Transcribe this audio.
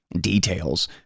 details